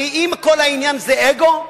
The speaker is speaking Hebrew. אם כל העניין זה אגו,